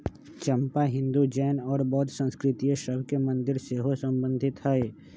चंपा हिंदू, जैन और बौद्ध संस्कृतिय सभ के मंदिर से सेहो सम्बन्धित हइ